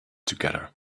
together